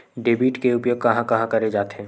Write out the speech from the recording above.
Debit के उपयोग कहां कहा करे जाथे?